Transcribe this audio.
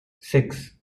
six